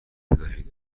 بدهید